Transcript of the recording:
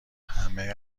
همه